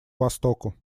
востоку